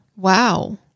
Wow